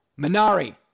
Minari